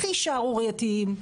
הכי שערורייתיים,